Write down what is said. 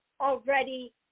already